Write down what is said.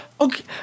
okay